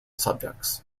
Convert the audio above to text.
subjects